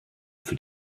für